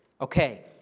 Okay